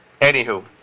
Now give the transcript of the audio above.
anywho